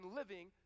living